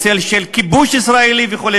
בצל של כיבוש ישראלי וכו'.